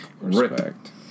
Respect